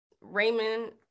Raymond